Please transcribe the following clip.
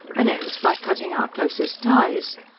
and ends by cutting our closest ties.